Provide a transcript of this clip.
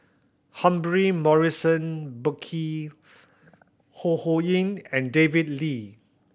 Humphrey Morrison Burkill Ho Ho Ying and David Lee